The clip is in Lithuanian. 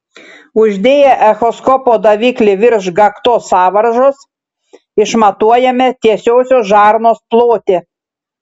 uždėję echoskopo daviklį virš gaktos sąvaržos išmatuojame tiesiosios žarnos plotį